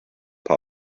pub